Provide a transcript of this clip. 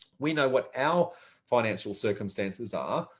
we know what our financial circumstances are,